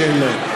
שאין להם.